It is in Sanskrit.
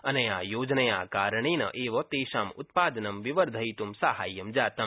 अनया योजनया कारेण एव तेषाम् उत्पादनं विवर्धयित् साहाय्यं जातम्